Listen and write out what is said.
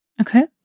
Okay